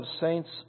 saints